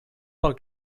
pel